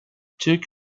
took